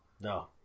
No